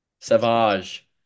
Savage